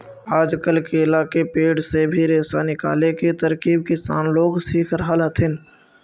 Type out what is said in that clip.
आजकल केला के पेड़ से भी रेशा निकाले के तरकीब किसान लोग सीख रहल हथिन